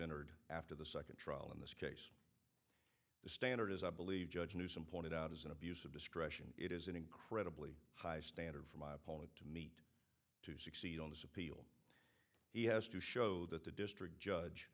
entered after the second trial in this case the standard as i believe judge newsome pointed out is an abuse of discretion it is an incredibly high standard for my opponent to succeed on his appeal he has to show that the district judge